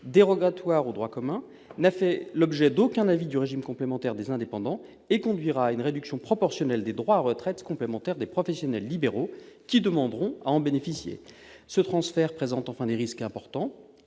dérogatoire au droit commun, n'a fait l'objet d'aucun avis du régime complémentaire des indépendants et conduira à une réduction proportionnelle des droits à retraite complémentaire des professionnels libéraux qui demanderont à en bénéficier. En dernier lieu, ce transfert présente des risques importants.